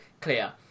clear